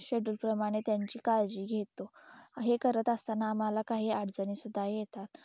शेड्यूलप्रमाणे त्यांची काळजी घेतो हे करत असताना आम्हाला काही अडचणीसुद्धा येतात